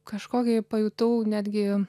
kažkokį pajutau netgi